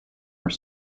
are